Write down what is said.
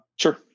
Sure